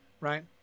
right